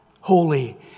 holy